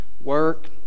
work